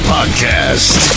Podcast